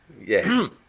Yes